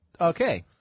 Okay